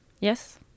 Yes